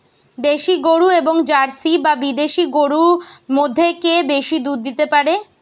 দেশী গরু এবং জার্সি বা বিদেশি গরু মধ্যে কে বেশি দুধ দিতে পারে?